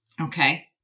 Okay